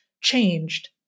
changed